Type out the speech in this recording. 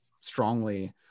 strongly